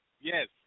Yes